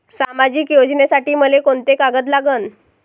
सामाजिक योजनेसाठी मले कोंते कागद लागन?